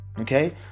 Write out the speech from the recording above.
Okay